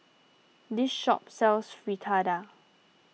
this shop sells Fritada